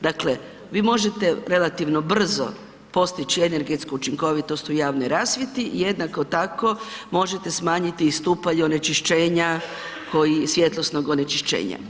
Dakle vi možete relativno brzo postići energetsku učinkovitost u javnoj rasvjeti, jednako tako možete smanjiti i stupanj onečišćenja, svjetlosnog onečišćenja.